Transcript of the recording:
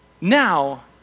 now